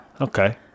Okay